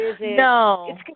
No